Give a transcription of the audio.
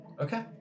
Okay